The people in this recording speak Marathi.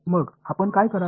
मग आपण काय कराल